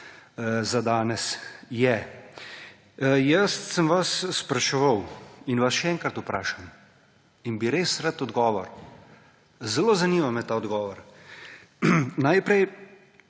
za danes, je. Jaz sem vas spraševal in vas še enkrat vprašam in bi res rad odgovor, zelo zanima me ta odgovor. Najprej,